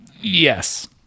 Yes